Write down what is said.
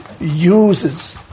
uses